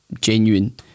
genuine